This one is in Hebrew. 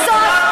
תתביישו לכם.